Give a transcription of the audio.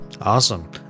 awesome